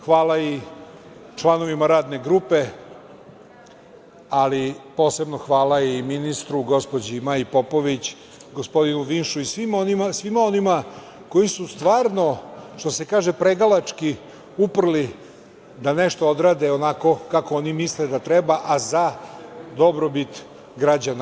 Hvala i članovima Radne grupe, ali posebno hvala i ministru, gospođi Maji Popović, gospodinu Vinšu i svima onima koji su stvarno, što se kaže pregalački uprli da nešto odrade onako kako oni misle da treba, a za dobrobit građana.